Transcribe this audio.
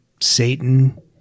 Satan